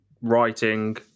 writing